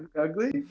Ugly